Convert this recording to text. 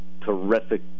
terrific